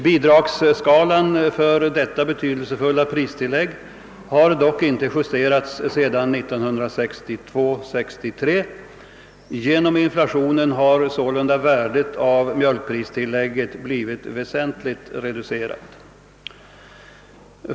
Bidragsskalan för detta betydelsefulla pristillägg har dock inte justerats sedan 1962/63. Genom inflationen har sålunda värdet av mjölkpristillägget blivit väsentligt reducerat.